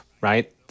right